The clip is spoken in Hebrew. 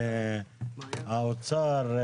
האוצר,